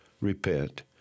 repent